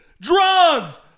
drugs